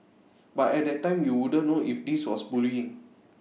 but at that time you wouldn't know if this was bullying